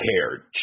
cared